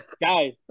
guys